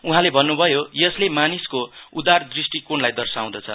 उहाले भन्नुभयोयसले मानिसको उदार दृष्टिकोणलाई दर्शाउँदछ